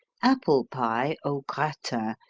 apple pie au gratin,